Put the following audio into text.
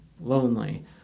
lonely